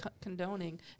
condoning